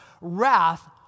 wrath